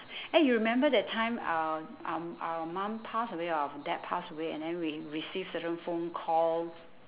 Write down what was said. eh you remember that time our our our mum passed away or dad passed away and then we received certain phone call